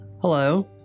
Hello